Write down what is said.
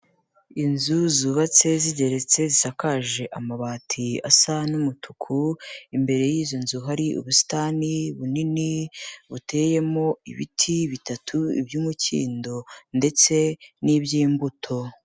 Inzu zubatse zigeretse, zisakaje amabati asa n'umutuku, imbere y'izi nzu hari ubusitani bunini buteyemo ibiti bitatu: Iby'umukindo ndetse n'iby'imbuto.